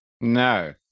No